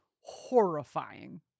horrifying